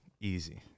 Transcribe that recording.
easy